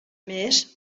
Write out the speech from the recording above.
més